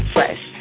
Fresh